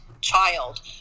child